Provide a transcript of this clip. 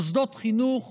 מוסדות חינוך,